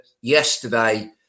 yesterday